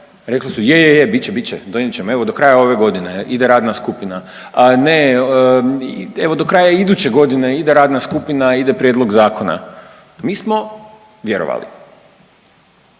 rekli su je, je, je. Bit će, bit će, donijet ćemo, evo do kraja ove godine ide radna skupina. Ne, evo do kraja iduće godine ide radna skupina, ide prijedlog zakona. Mi smo vjerovali.